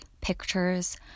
pictures